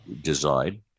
design